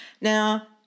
Now